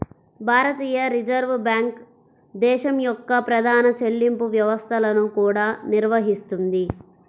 భారతీయ reserve bank దేశం యొక్క ప్రధాన చెల్లింపు వ్యవస్థలను కూడా నిర్వహిస్తుంది